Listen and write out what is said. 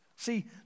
See